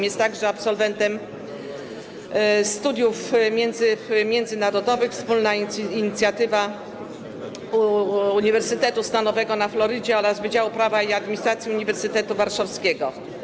Jest także absolwentem studiów międzynarodowych, wspólna inicjatywa uniwersytetu stanowego na Florydzie oraz Wydziału Prawa i Administracji Uniwersytetu Warszawskiego.